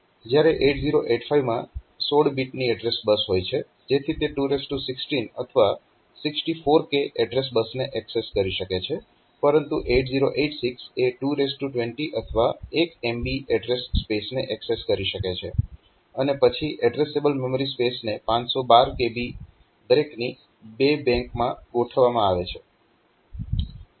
જ્યારે 8085 માં 16 બીટની એડ્રેસ બસ હોય છે જેથી તે 216 અથવા 64k એડ્રેસ બસને એક્સેસ કરી શકે છે પરંતુ 8086 એ 220 અથવા 1 MB એડ્રેસ સ્પેસને એક્સેસ કરી શકે છે અને પછી એડ્રેસેબલ મેમરી સ્પેસને 512 kB દરેકની 2 બેંકમાં ગોઠવવામાં આવે છે